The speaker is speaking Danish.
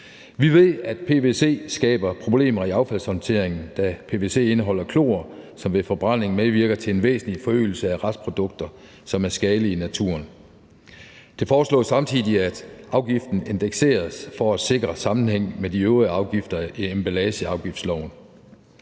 Vi ved, at pvc skaber problemer i affaldshåndteringen, da pvc indholder klor, som ved forbrænding medvirker til en væsentlig forøgelse af restprodukter, som er skadelige i naturen. Det foreslås samtidig, at afgiften indekseres for at sikre sammenhæng med de øvrige afgifter i emballageafgiftsloven.